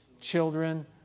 Children